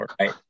right